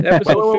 Episode